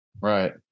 right